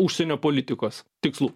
užsienio politikos tikslų